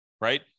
Right